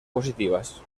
positivas